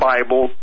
Bible